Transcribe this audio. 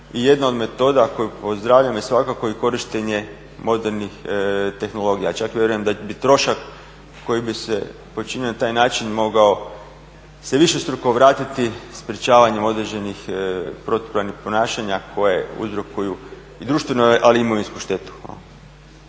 I jedna od metoda koju pozdravljam je svakako i korištenje modernih tehnologija. Čak vjerujem da bi trošak koji bi se počinio na taj način mogao se višestruko vratiti sprečavanju određenih protupravnih ponašanja koje uzrokuju i društvenu ali i imovinsku štetu.